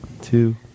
two